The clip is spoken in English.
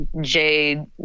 jade